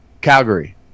Calgary